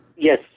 Yes